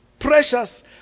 Precious